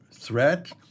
threat